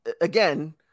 again